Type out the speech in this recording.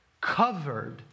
covered